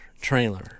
trailer